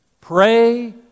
Pray